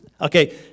Okay